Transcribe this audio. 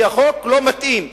כי החוק לא מתאים,